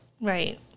Right